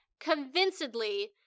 convincedly